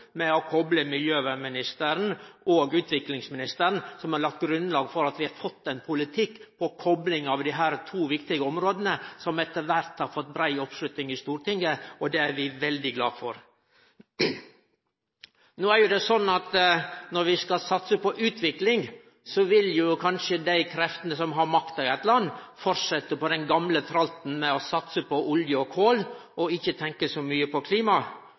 med å kople miljøvernminister og utviklingsminister, har lagt grunnlag for at vi har fått ein politikk og kopling av desse to viktige områda som etter kvart har fått brei oppslutning i Stortinget. Det er vi veldig glade for. No er det slik at når vi skal satse på utvikling, vil kanskje dei kreftene som har makta i eit land, fortsetje i den gamle tralten med å satse på olje og kol og ikkje tenkje så mykje på klima.